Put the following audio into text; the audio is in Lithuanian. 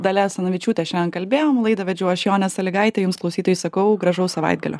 dalia asanavičiūte šiandien kalbėjom laidą vedžiau aš jonė salygaitė jums klausytojai sakau gražaus savaitgalio